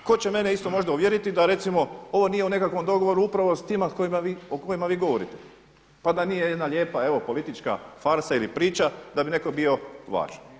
Tko će mene isto možda uvjeriti da recimo ovo nije u nekakvom dogovoru upravo s tima o kojima vi govorite, pa da nije jedna lijepa, evo politička farsa ili priča da bi netko bio važan.